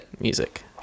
music